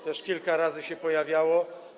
To już kilka razy się pojawiało.